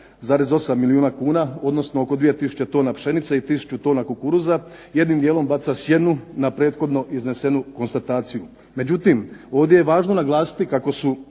2,8 milijuna kuna, odnosno oko 2000 tona pšenice i 1000 tona kukuruza jednim dijelom baca sjenu na prethodno iznesenu konstataciju. Međutim, ovdje je važno naglasiti kako su